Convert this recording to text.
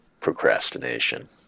procrastination